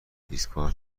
ایستگاه